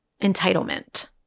Entitlement